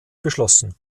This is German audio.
beschlossen